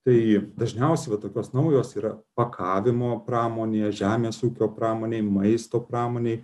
tai dažniausiai va tokios naujos yra pakavimo pramonėje žemės ūkio pramonėj maisto pramonėj